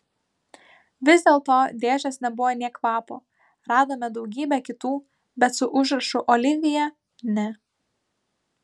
vis dėlto dėžės nebuvo nė kvapo radome daugybę kitų bet su užrašu olivija ne